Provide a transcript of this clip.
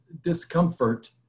discomfort